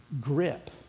grip